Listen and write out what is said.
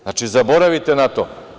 Znači, zaboravite na to.